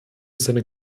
seine